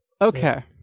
Okay